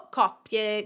coppie